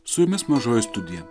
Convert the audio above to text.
su jumis mažoji studija